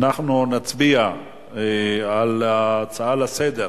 אנחנו נצביע על ההצעה לסדר-היום.